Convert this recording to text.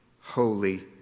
holy